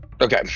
Okay